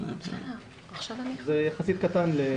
זה יחסית קטן.